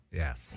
yes